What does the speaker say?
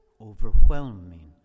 Overwhelming